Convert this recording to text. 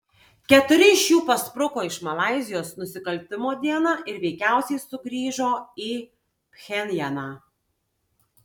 keturi iš jų paspruko iš malaizijos nusikaltimo dieną ir veikiausiai sugrįžo į pchenjaną